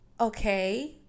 Okay